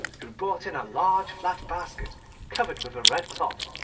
who brought in a large flat basket covered with a red cloth,